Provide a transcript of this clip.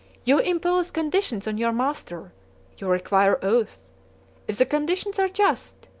you impose conditions on your master you require oaths if the conditions are just,